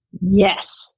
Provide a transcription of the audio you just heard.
Yes